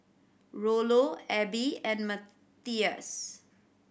Rollo Abe and Matthias